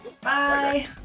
Bye